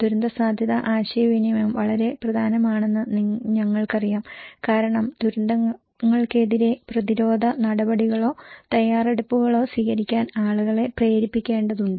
ദുരന്തസാധ്യതാ ആശയവിനിമയം വളരെ പ്രധാനമാണെന്ന് ഞങ്ങൾക്കറിയാം കാരണം ദുരന്തങ്ങൾക്കെതിരെ പ്രതിരോധ നടപടികളോ തയ്യാറെടുപ്പുകളോ സ്വീകരിക്കാൻ ആളുകളെ പ്രേരിപ്പിക്കേണ്ടതുണ്ട്